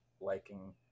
liking